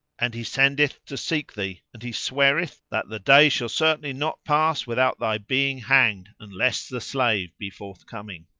and he sendeth to seek thee and he sweareth that the day shall certainly not pass without thy being hanged unless the slave be forth-coming.